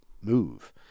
move